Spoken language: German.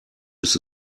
ist